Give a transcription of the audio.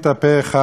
בלי מתנגדים,